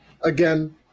again